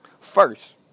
first